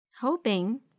Hoping